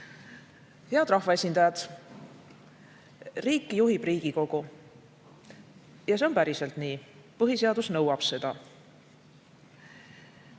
Head rahvaesindajad! Riiki juhib Riigikogu. Ja see on päriselt nii, põhiseadus nõuab seda.